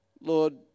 Lord